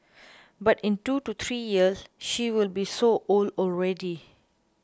but in two to three years she will be so old already